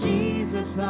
Jesus